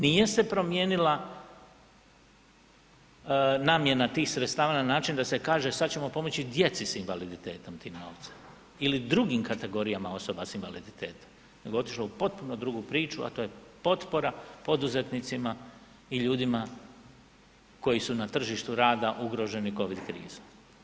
Nije se promijenila namjena tih sredstava na način da se kaže sad ćemo pomoći djeci sa invaliditetom ti novcem ili drugim kategorijama osoba sa invaliditetom nego je otišlo u potpuno drugu priču a to je potpora poduzetnicima i ljudima koji su na tržištu rada ugroženi COVID krizom.